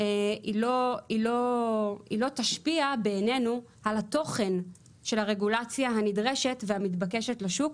לא תשפיע על התוכן של הרגולציה הנדרשת והמתבקשת בשוק.